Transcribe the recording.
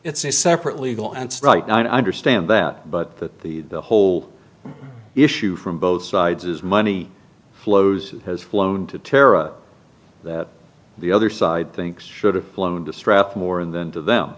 it's a separate legal and right now and i understand that but that the whole issue from both sides is money flows has flown to tara that the other side thinks should have flown to strap more than to them